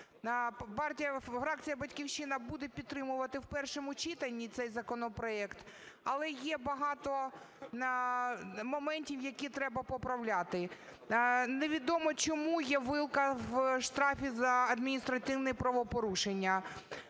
Фракція "Батьківщина" буде підтримувати в першому читанні цей законопроект, але є багато моментів, які треба поправляти. Невідомо, чому є вилка в штрафі за адміністративні правопорушення.